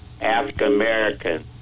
African-American